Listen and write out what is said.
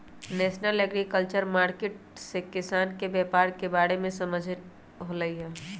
national agriculture market से किसान के व्यापार के बारे में समझ होलई ह